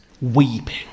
weeping